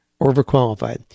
overqualified